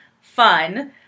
fun